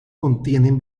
contienen